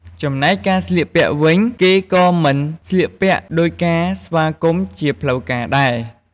ចំណែកការស្លៀកពាក់វិញ គេក៏មិនស្លៀកពាក់ដូចការស្វាគមន៍ជាផ្លូវការដែរ។